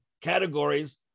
categories